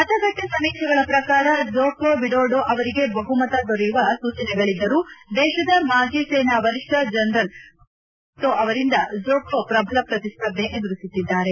ಮತಗಟ್ಟೆ ಸಮೀಕ್ಷೆಗಳ ಪ್ರಕಾರ ಜೋಕೋ ವಿಡೋಡೋ ಅವರಿಗೆ ಬಹುಮತ ದೊರೆಯುವ ಸೂಚನೆಗಳಿದ್ದರೂ ದೇಶದ ಮಾಜಿ ಸೇನಾ ವರಿಷ್ಣ ಜನರಲ್ ಪ್ರಜೋವೋ ಸುಬಿಯಾಂತೋ ಅವರಿಂದ ಜೋಕೋ ಪ್ರಬಲ ಪ್ರತಿಸ್ಪರ್ಧೆ ಎದುರಿಸುತ್ತಿದ್ದಾರೆ